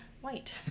white